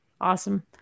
Awesome